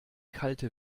kalte